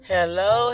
Hello